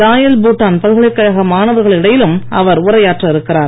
Royal Bhutan பல்கலைக்கழக மாணவர்கள் இடையிலும் அவர் உரையாற்றவிருக்கிறார்